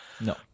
No